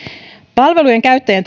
palvelujen käyttäjien